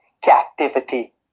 Captivity